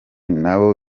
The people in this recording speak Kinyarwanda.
nabo